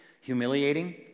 humiliating